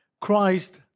Christ